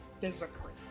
physically